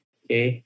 okay